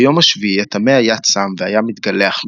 ביום השביעי הטמא היה צם והיה מתגלח,